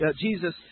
Jesus